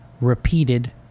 repeated